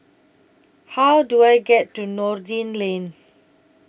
How Do I get to Noordin Lane